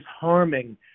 harming